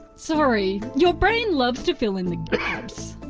sorry your brain loves to fill in the gaps.